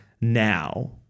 Now